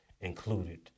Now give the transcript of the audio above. included